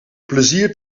plezier